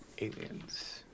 aliens